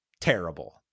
terrible